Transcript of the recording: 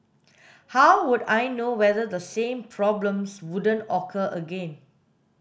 how would I know whether the same problems wouldn't occur again